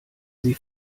sie